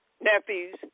nephews